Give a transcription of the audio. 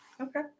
Okay